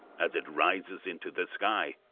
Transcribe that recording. as it rises into the sky,